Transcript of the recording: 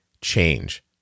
change